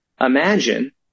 Imagine